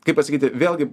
kaip pasakyti vėlgi